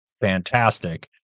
fantastic